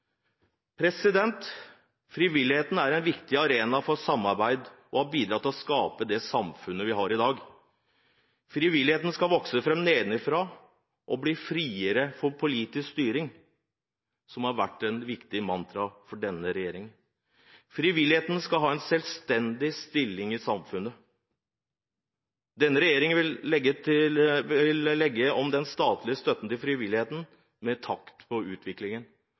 landet. Frivilligheten er en viktig arena for samarbeid og har bidratt til å skape det samfunnet vi har i dag. Frivilligheten skal vokse fram nedenfra og bli friere fra politisk styring – noe som har vært et viktig mantra for denne regjeringen. Frivilligheten skal ha en selvstendig stilling i samfunnet. Denne regjeringen vil legge om den statlige støtten til frivilligheten i takt med utviklingen,